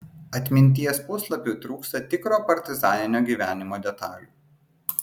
atminties puslapiui trūksta tikro partizaninio gyvenimo detalių